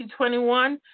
2021